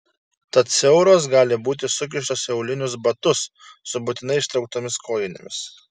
tad siauros gali būti sukištos į aulinius batus su būtinai ištrauktomis kojinėmis